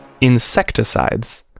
insecticides